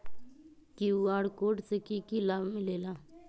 QR code से कि कि लाव मिलेला?